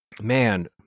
Man